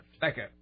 Becker